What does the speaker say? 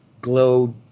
glow